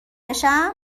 بشم